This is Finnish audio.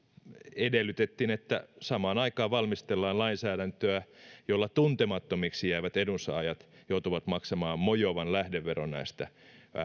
edellytettiin että samaan aikaan valmistellaan lainsäädäntöä jolla tuntemattomiksi jäävät edunsaajat joutuvat maksamaan mojovan lähdeveron näistä